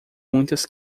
muitas